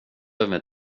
behöver